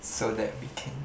so that we can